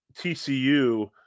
TCU